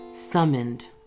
Summoned